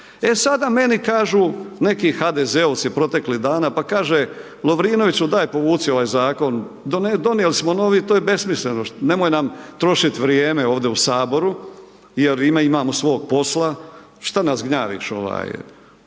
sada meni kažu neki HDZ-ovci proteklih dana, pa kaže, Lovrinoviću daj povuci ovaj zakon, donijeli smo novi, to je besmisleno, nemoj nam trošit vrijeme ovdje u HS jer imamo svog posla, šta nas gnjaviš sa možda